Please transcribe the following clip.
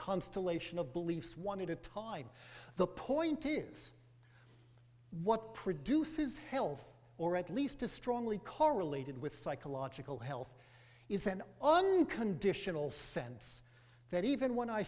constellation of beliefs one at a time the point is what produces health or at least is strongly correlated with psychological health is an unconditional sense that even when i